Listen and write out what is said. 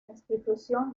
institución